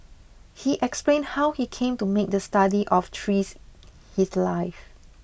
he explain how he came to make the study of trees his life